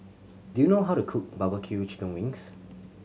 do you know how to cook barbecue chicken wings